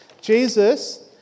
Jesus